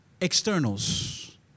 externals